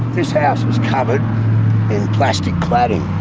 this house is covered in plastic cladding,